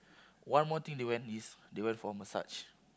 one more thing they went is they went for a massage